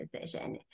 decision